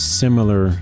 similar